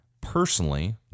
Personally